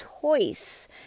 choice